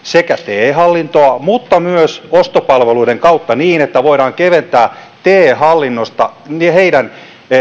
te hallintoa mutta myös ostopalveluiden kautta niin että voidaan vapauttaa te hallinnossa heidän